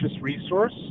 resource